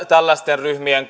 tällaisten ryhmien